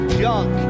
junk